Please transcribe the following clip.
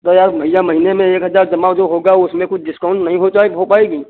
तो यार भैया महीने में एक हजार जमा जो होगा उसमें कुछ डिस्काउंट नहीं हो जाए हो पाएगी